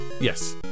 yes